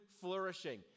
flourishing